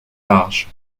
large